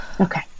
Okay